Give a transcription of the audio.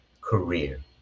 career